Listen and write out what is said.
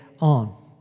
on